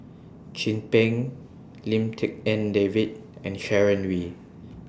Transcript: Chin Peng Lim Tik En David and Sharon Wee